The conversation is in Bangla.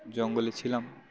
জঙ্গলে ছিলাম